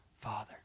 Father